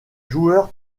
joueurs